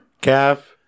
Calf